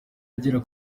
agera